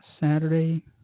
Saturday